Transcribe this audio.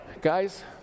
Guys